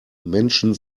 menschen